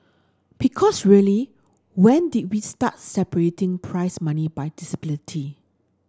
because really when did we start separating prize money by disability